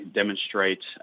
demonstrate